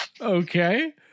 okay